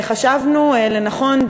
חשבנו לנכון,